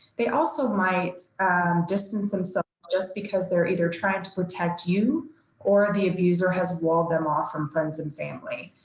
they also might distance themselves just because they're either trying to protect you or the abuser has walled them off from friends and family.